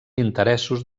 interessos